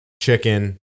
chicken